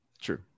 true